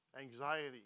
anxiety